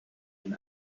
and